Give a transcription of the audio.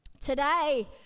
today